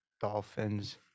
Dolphins